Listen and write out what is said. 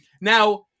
Now